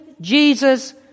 Jesus